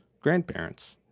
grandparents